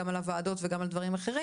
גם על הוועדות הרפואיות וגם על דברים אחרים.